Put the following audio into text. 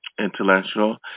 intellectual